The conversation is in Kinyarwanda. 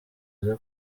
uze